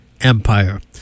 empire